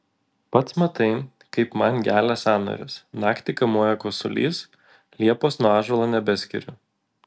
pats matai kaip man gelia sąnarius naktį kamuoja kosulys liepos nuo ąžuolo nebeskiriu